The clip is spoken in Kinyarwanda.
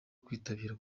kwitabira